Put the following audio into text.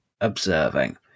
observing